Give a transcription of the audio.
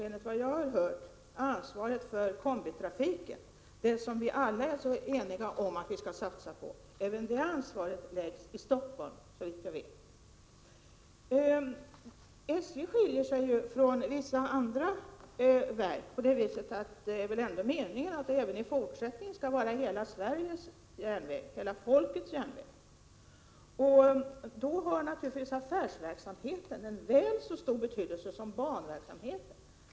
Enligt vad jag har hört läggs även ansvaret för kombitrafiken — som alla är eniga om att det skall göras satsningar på — i Stockholm. SJ skiljer sig från vissa andra verk på det sättet att det väl är meningen att SJ även i fortsättningen skall vara hela Sveriges, hela folkets järnväg. Då har naturligtvis affärsverksamheten en väl så stor betydelse som banverksamheten.